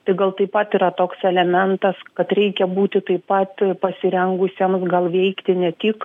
tai gal taip pat yra toks elementas kad reikia būti taip pat pasirengusiems gal veikti ne tik